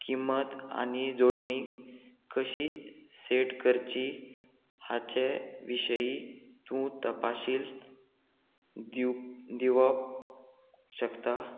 किंमत आनी जोडणी कशी सेट करची हाचे विशयी तूं तपाशील दिव दिवप शकता